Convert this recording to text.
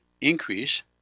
increase